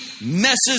messes